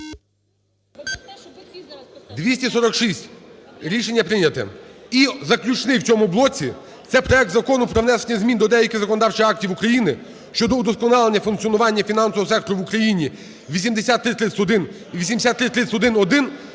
За-246 Рішення прийняте. І заключний в цьому блоці – це проект Закону про внесення змін до деяких законодавчих актів України щодо удосконалення функціонування фінансового сектору в Україні (8331 і 8331-1).